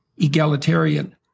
egalitarian